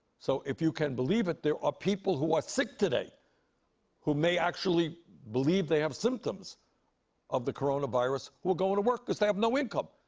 so, if you can believe it, there are people who are sick today who may actually believe they have symptoms of the coronavirus who are going to work because they have no income.